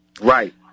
Right